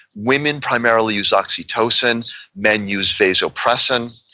women primarily use oxytocin men use vasopressin.